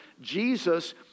Jesus